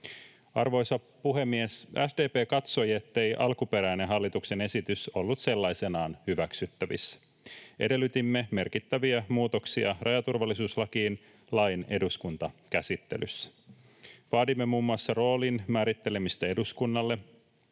Arvoisa puhemies! SDP katsoi, ettei alkuperäinen hallituksen esitys ollut sellaisenaan hyväksyttävissä. Edellytimme merkittäviä muutoksia rajaturvallisuuslakiin lain eduskuntakäsittelyssä. Vaadimme muun muassa roolin määrittelemistä eduskunnalle,